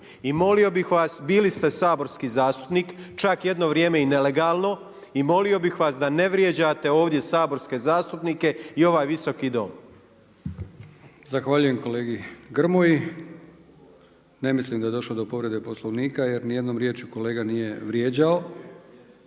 I molio bih vas bili ste saborski zastupnik čak jedno vrijeme i nelegalno i molio bih vas da ne vrijeđate ovdje saborske zastupnike i ovaj visoki dom. **Brkić, Milijan (HDZ)** Zahvaljujem kolegi Grmoji. Ne mislim da je došlo do povrede Poslovnika jer nijednom riječju kolega nije vrijeđao.